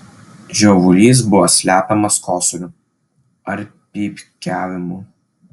žiovulys buvo slepiamas kosuliu ar pypkiavimu